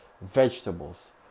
vegetables